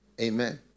Amen